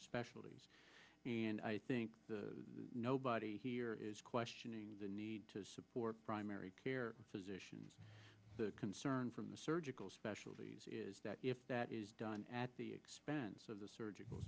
specialties and i think nobody here is questioning the need to support primary care physicians concern from the surgical specialties is that if that is done at the expense so the surgical